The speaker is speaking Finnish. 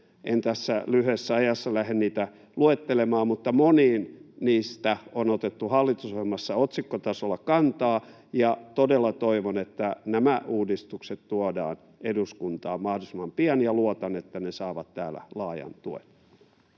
En tässä lyhyessä ajassa lähde niitä luettelemaan, mutta moniin niistä on otettu hallitusohjelmassa otsikkotasolla kantaa, ja todella toivon, että nämä uudistukset tuodaan eduskuntaan mahdollisimman pian, ja luotan, että ne saavat täällä laajan tuen.